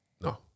No